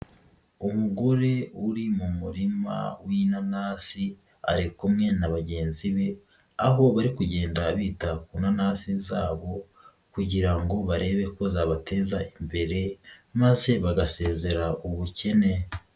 Umugore uri mu murima w'inanasi ari kumwe na bagenzi be aho bari kugenda bita ku nanasi zabo kugira ngo barebe ko zabateza imbere maze bagasezera ubukene.